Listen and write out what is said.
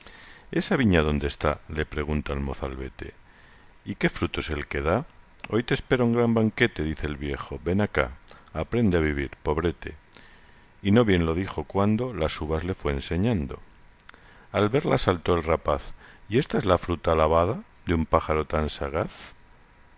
esa viña dónde está y qué fruto es el que da hoy te espera un gran banquete dice el viejo ven acá aprende a vivir pobrete y no bien lo dijo cuando las uvas le fué enseñando al verlas saltó el rapaz y ésta es la fruta alabada de un pájaro tan sagaz